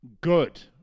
good